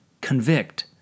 convict